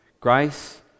grace